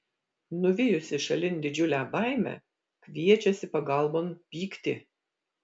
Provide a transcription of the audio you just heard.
nuvijusi šalin didžiulę baimę kviečiasi pagalbon pyktį